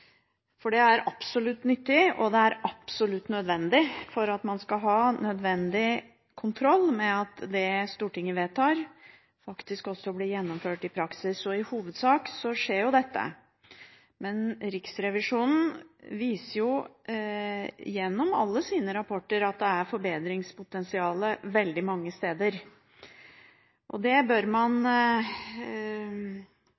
Det er absolutt nyttig, og det er absolutt nødvendig for at man skal ha nødvendig kontroll med at det Stortinget vedtar, faktisk også blir gjennomført i praksis. I hovedsak skjer jo dette, men Riksrevisjonen viser gjennom alle sine rapporter at det er forbedringspotensial veldig mange steder, og man bør